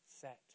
set